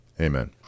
Amen